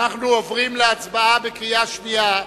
אנחנו עוברים להצבעה בקריאה שנייה.